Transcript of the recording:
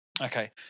Okay